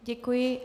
Děkuji.